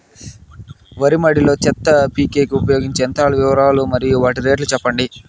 వరి మడి లో చెత్త పీకేకి ఉపయోగించే యంత్రాల వివరాలు మరియు వాటి రేట్లు చెప్పండి?